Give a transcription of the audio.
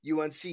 unc